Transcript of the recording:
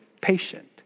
patient